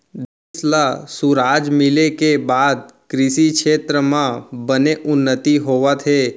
देस ल सुराज मिले के बाद कृसि छेत्र म बने उन्नति होवत हे